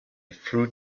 through